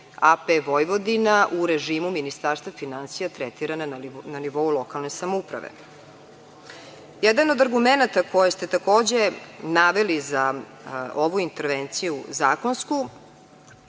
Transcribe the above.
AP Vojvodina u režimu Ministarstva finansija tretirana na nivou lokalne samouprave. Jedan od argumenata koji ste takođe naveli za ovu intervenciju zakonsku